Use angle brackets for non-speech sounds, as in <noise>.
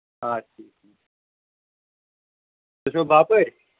آ ٹھیٖک ٹھیٖک <unintelligible> تُہۍ چھِوا باپٲرۍ